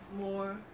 more